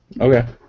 okay